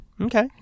Okay